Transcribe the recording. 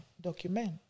Document